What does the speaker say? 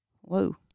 whoa